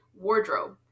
wardrobe